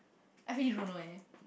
I really don't know eh